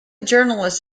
journalist